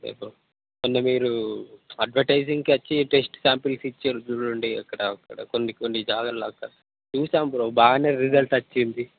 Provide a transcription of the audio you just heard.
అదే బ్రో మొన్న మీరు అడ్వర్టైజింగ్కి వచ్చి టెస్ట్ శాంపుల్స్ ఇచ్చారు చూడుండి అక్కడ అక్కడ కొన్ని కొన్ని జాగాల్లో అక్కడ చూసాం బ్రో బాగానే రిజల్ట్ వచ్చింది